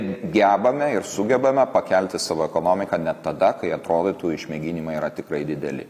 gebame ir sugebame pakelti savo ekonomiką net tada kai atrodytų išmėginimai yra tikrai dideli